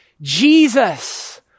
Jesus